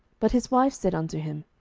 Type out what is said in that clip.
but his wife said unto him,